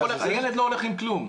הילד לא הולך עם כלום,